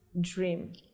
dream